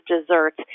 desserts